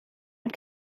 mit